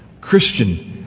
Christian